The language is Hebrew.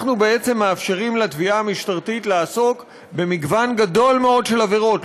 אנחנו בעצם מאפשרים לתביעה המשטרתית לעסוק במגוון גדול מאוד של עבירות,